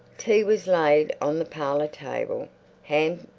tea was laid on the parlour table ham,